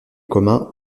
communs